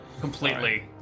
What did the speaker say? completely